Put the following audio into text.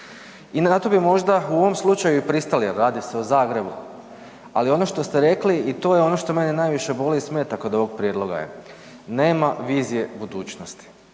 I na to bi možda u ovom slučaju i pristali jer, radi se o Zagrebu. Ali, ono što ste rekli i to je ono što mene najviše boli i smeta kod ovog prijedloga je, nema vizije budućnosti.